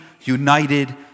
united